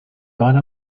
gone